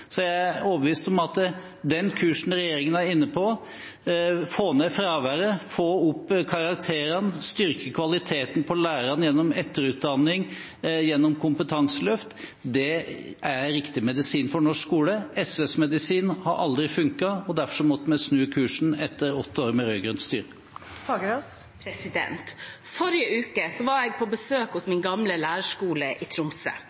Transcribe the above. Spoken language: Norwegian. Så er jeg overbevist om at den kursen regjeringen er inne på – få ned fraværet, få opp karakterene, styrke kvaliteten på lærerne gjennom etterutdanning, gjennom kompetanseløft – er riktig medisin for norsk skole. SVs medisin har aldri funket, og derfor måtte vi snu kursen etter åtte år med rød-grønt styre. Forrige uke var jeg på besøk ved min gamle lærerskole i Tromsø.